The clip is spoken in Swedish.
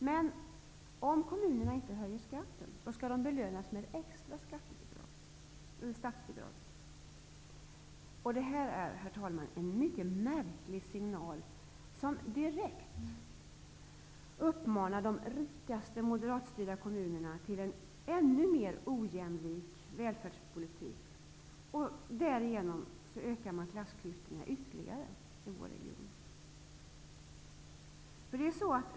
Men om kommunerna inte höjer skatten, belönas de med ett extra statsbidrag. Detta är en mycket märklig signal som direkt uppmanar de rikaste moderatstyrda kommunerna till en ännu mer ojämlik välfärdspolitik. Därigenom ökar man klassklyftorna ytterligare i vår region.